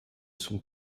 sont